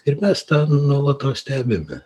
ir mes tą nuolatos stebime